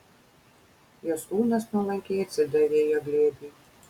jos kūnas nuolankiai atsidavė jo glėbiui